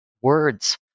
words